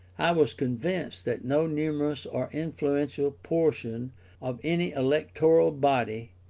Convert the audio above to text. i was convinced that no numerous or influential portion of any electoral body,